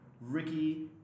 Ricky